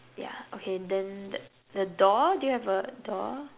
yeah okay then that the door do you have a door